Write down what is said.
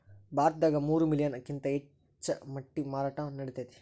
ಭಾರತದಾಗ ಮೂರ ಮಿಲಿಯನ್ ಕಿಂತ ಹೆಚ್ಚ ಮೊಟ್ಟಿ ಮಾರಾಟಾ ನಡಿತೆತಿ